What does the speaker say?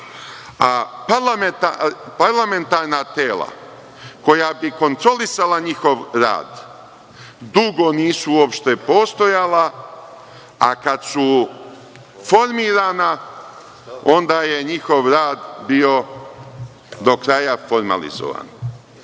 osamostale. Parlamentarna tela koja bi kontrolisala njihov rad, dugo nisu uopšte postojala, a kada su formirana, onda je njihov rad bio do kraja formalizovan.